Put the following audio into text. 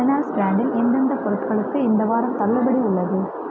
Reynolds ப்ராண்டில் எந்தெந்த பொருட்களுக்கு இந்த வாரம் தள்ளுபடி உள்ளது